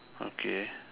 okay